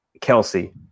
Kelsey